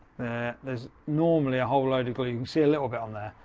there's normally a whole load of glue. you can see a little bit on there.